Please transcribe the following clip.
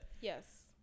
yes